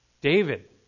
David